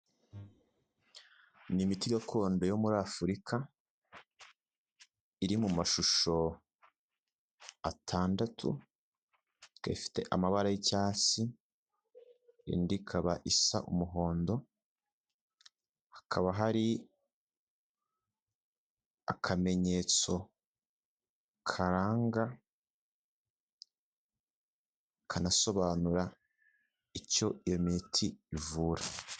Ni imiti gakondo yo muri Afurika iri mu mashusho atandatu gafite amabara y'icyatsi, indi ikaba isa umuhondo hakaba hari akamenyetso karanga kanasobanura icyo iyo miti ivura.